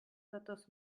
datoz